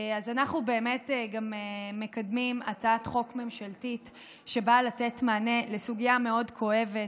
אנחנו גם מקדמים הצעת חוק ממשלתית שבאה לתת מענה לסוגיה מאוד כואבת,